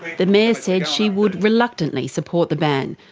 the mayor said she would reluctantly support the ban,